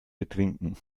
betrinken